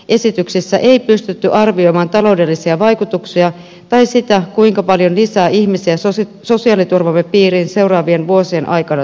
esityksissä ei pystytty arvioimaan taloudellisia vaikutuksia tai sitä kuinka paljon lisää ihmisiä sosiaaliturvamme piiriin seuraavien vuosien aikana tulisi